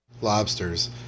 Lobsters